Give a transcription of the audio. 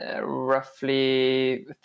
roughly